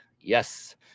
Yes